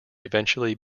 eventually